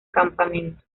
campamento